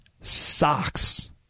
socks